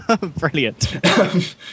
brilliant